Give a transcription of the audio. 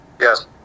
Yes